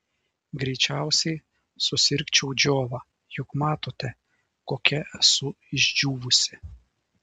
greičiausiai susirgčiau džiova juk matote kokia esu išdžiūvusi